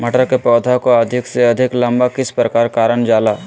मटर के पौधा को अधिक से अधिक लंबा किस प्रकार कारण जाला?